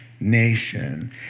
Nation